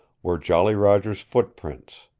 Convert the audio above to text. were jolly roger's foot-prints,